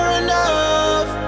enough